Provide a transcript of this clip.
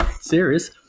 serious